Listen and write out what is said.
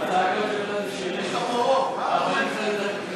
ההצעה להעביר את הנושא לוועדת הכספים נתקבלה.